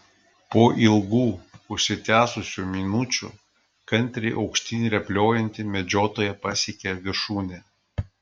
po ilgų užsitęsusių minučių kantriai aukštyn rėpliojanti medžiotoja pasiekė viršūnę